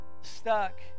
stuck